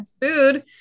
food